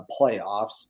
playoffs